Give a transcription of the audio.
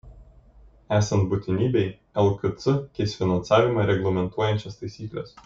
esant būtinybei lkc keis finansavimą reglamentuojančias taisykles